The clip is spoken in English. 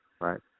right